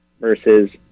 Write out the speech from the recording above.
versus